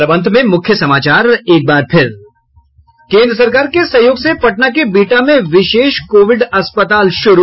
और अब अंत में मुख्य समाचार एक बार फिर केन्द्र सरकार के सहयोग से पटना के बिहटा में विशेष कोविड अस्पताल शुरू